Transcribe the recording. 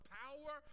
power